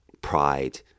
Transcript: pride